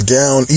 down